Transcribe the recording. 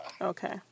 Okay